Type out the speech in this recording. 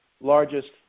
largest